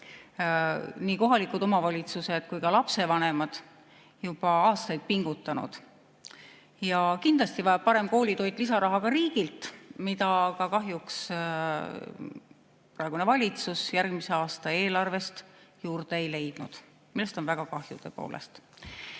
nii kohalikud omavalitsused kui ka lapsevanemad, juba aastaid pingutanud. Kindlasti vajab parem koolitoit ka riigilt lisaraha, mida kahjuks praegune valitsus järgmise aasta eelarvest juurde ei leidnud. Sellest on väga kahju, tõepoolest. Olgu